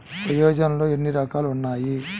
యోజనలో ఏన్ని రకాలు ఉన్నాయి?